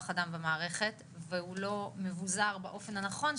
אדם במערכת והוא לא מבוזר באופן הנכון,